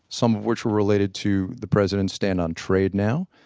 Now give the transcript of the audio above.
some of which were related to the president's stand on trade now.